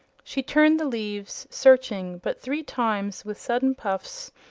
she turned the leaves searching, but three times, with sudden puffs,